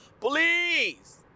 Please